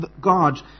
God